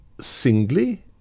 singly